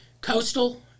Coastal